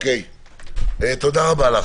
תודה רבה.